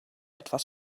etwas